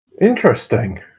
Interesting